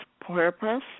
purpose